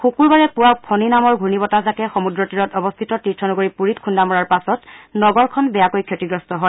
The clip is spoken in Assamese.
শুকূৰবাৰে পুৱা ফণি নামৰ ঘূৰ্ণী বতাহজাকে সমুদ্ৰতীৰত অৱস্থিত তীৰ্থনগৰী পুৰীত খুন্দা মৰাৰ পাছত নগৰখন বেয়াকৈ ক্ষতিগ্ৰস্ত হয়